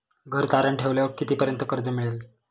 घर तारण ठेवल्यावर कितीपर्यंत कर्ज मिळेल?